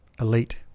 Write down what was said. elite